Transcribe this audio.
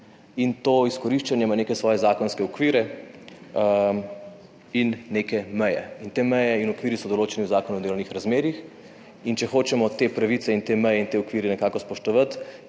in to izkoriščanje ima neke svoje zakonske okvire in neke meje. Te meje in okviri so določeni v Zakonu o delovnih razmerjih. Če hočemo te pravice in te meje in te okvire nekako spoštovati,